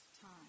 time